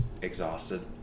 exhausted